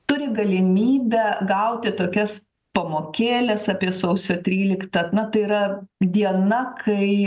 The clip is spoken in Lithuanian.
turi galimybę gauti tokias pamokėles apie sausio tryliktą tai yra diena kai